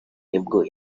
nibwo